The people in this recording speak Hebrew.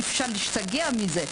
אפשר להשתגע מזה.